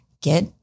get